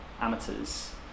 amateurs